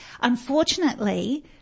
Unfortunately